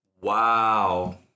wow